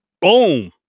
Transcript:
Boom